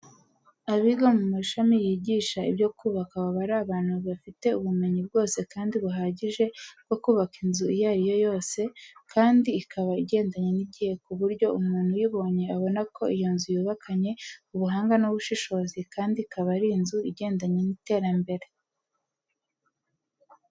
Abiga mu mashami yigisha ibyo kubaka baba ari abantu bafite ubumenyi bwose kandi buhagije bwo kubaka inzu iyo ari yo yose, kandi ikaba igendanye n'igihe ku buryo umuntu uyibonye abona ko iyo nzu yubakanye ubuhanga n'ubushishozi kandi ikaba ari inzu igendanye n'iterambere.